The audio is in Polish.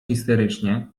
histerycznie